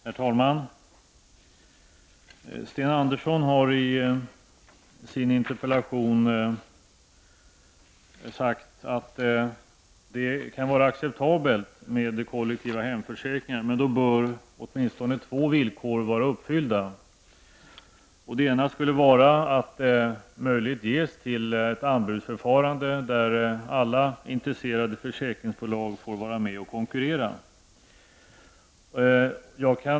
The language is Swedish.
Herr talman! Sten Andersson i Malmö har i sin interpellation sagt att det kan vara acceptabelt med kollektiva hemförsäkringar, men att två villkor då bör vara uppfyllda. Det ena villkoret är att möjlighet ges till ett anbudsförfarande där alla intresserade försäkringsbolag får vara med och konkurrera.